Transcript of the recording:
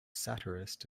satirist